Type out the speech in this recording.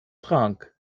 trank